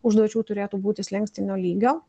užduočių turėtų būti slenkstinio lygio